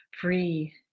free